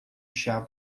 chá